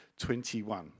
21